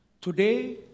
Today